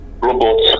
robots